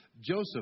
Joseph